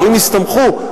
ההורים הסתמכו.